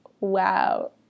wow